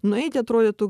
nueiti atrodytų